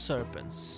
Serpents